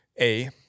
A-